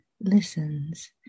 listens